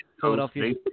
Philadelphia